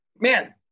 Man